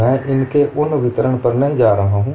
मै इनके उन विवरण में नहीं जा रहा हूँ